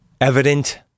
evident